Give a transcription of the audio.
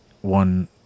one